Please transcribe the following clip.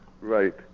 Right